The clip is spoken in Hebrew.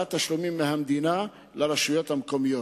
העברת תשלומים מהמדינה לרשויות המקומיות.